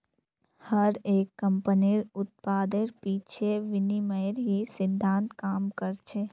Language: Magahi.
हर एक कम्पनीर उत्पादेर पीछे विनिमयेर ही सिद्धान्त काम कर छे